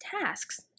tasks